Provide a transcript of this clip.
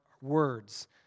words